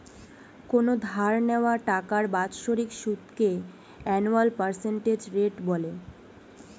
কোনো ধার নেওয়া টাকার বাৎসরিক সুদকে অ্যানুয়াল পার্সেন্টেজ রেট বলে